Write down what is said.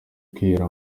kwihera